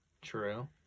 True